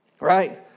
right